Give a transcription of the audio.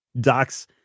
Doc's